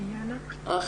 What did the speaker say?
ליאנה